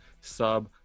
sub